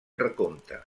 recompte